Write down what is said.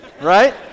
right